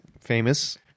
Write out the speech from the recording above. famous